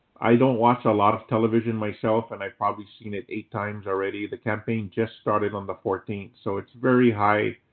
i don't watch a lot of television myself. and i've probably seen it eight times already. the campaign just started on the fourteenth. so it's very high-frequency